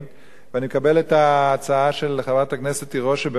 ואני מקבל את ההצעה של חברת הכנסת תירוש שבאמת תהיה